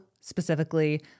specifically